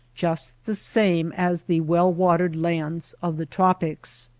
just the same as the well-watered lands of the tropics.